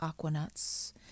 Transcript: Aquanuts